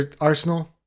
Arsenal